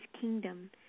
kingdom